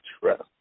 trust